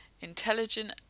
intelligent